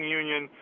union